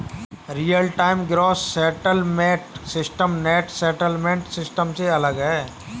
real time gross settlement system net settlement system से अलग है